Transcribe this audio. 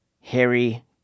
Harry